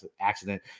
accident